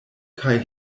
kaj